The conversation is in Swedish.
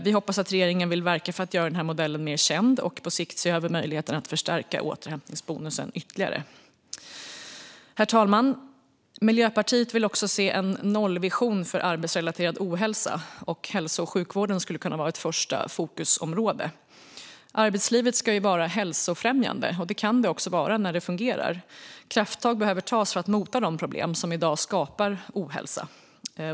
Vi hoppas att regeringen vill verka för att göra modellen mer känd och på sikt se över möjligheten att förstärka återhämtningsbonusen ytterligare. Herr talman! Miljöpartiet vill se en nollvision för arbetsrelaterad ohälsa. Hälso och sjukvården skulle kunna vara ett första fokusområde. Arbetslivet ska vara hälsofrämjande, och det kan det också vara när det fungerar. Krafttag behöver tas för att mota de problem som i dag skapar ohälsa.